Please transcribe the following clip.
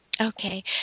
Okay